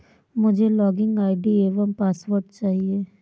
मुझें login ID एवं password चाहिए